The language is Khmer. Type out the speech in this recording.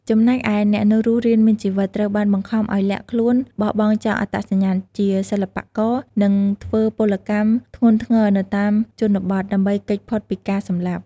ចំណែកឯអ្នកនៅរស់រានមានជីវិត ត្រូវបាន បង្ខំឱ្យលាក់ខ្លួន បោះបង់ចោលអត្តសញ្ញាណជាសិល្បករ និងធ្វើពលកម្មធ្ងន់ធ្ងរនៅតាមជនបទ ដើម្បីគេចផុតពីការសម្លាប់។